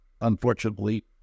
unfortunately